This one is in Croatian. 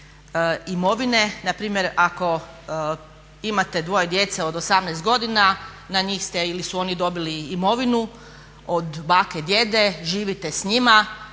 imovine, npr. ako imate dvoje djece od 18 godina, na njih ste ili su oni dobili imovinu od bake, djeda, živite s njima,